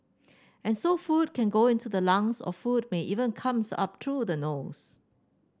and so food can go into the lungs or food may even comes up through the nose